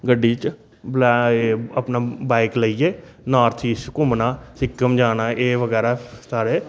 गड्डी च अपना बाइक लेइयै नार्थ ईस्ट घूमना सिक्कम जाना एह् बगैरा सारे